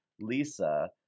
Lisa